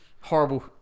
horrible